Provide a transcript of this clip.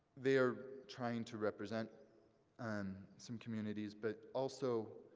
they are trying to represent and some communities but also,